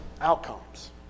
outcomes